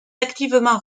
activement